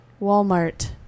walmart